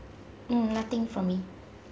mm nothing from me